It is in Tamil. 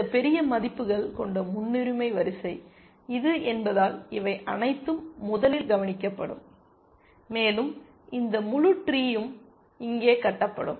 இந்த பெரிய மதிப்புகள் கொண்ட முன்னுரிமை வரிசை இது என்பதால் இவை அனைத்தும் முதலில் கவனிக்கப்படும் மேலும் இந்த முழு ட்ரீயும் இங்கே கட்டப்படும்